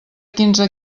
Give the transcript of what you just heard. quinze